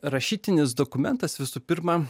rašytinis dokumentas visų pirma